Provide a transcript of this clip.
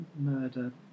murder